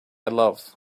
love